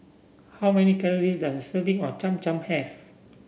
how many calories does a serving of Cham Cham have